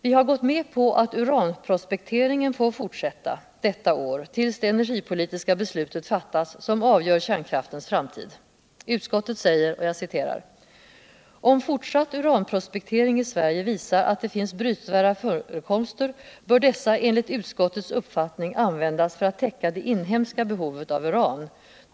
Vi har gått med på att uranprospekteringen får fortsätta detta år ulls det energipolitiska beslutet fattas som avgör kärnkraftens framtid. Men utskottet säger: ”Om fortsatt uranprospektering i Sverige visar att det finns brytvärda förekomster, bör dessa enligt utskottets uppfattning användas för att täcka det inhemska behovet av uran.